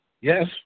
Yes